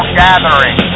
gathering